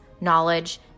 knowledge